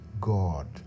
God